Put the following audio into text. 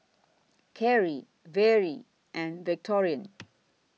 Kerri Vere and Victorine